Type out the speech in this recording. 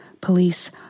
police